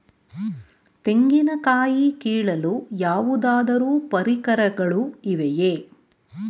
ತೆಂಗಿನ ಕಾಯಿ ಕೀಳಲು ಯಾವುದಾದರು ಪರಿಕರಗಳು ಇವೆಯೇ?